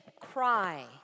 cry